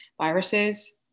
viruses